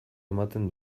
ematen